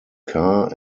car